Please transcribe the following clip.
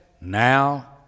Now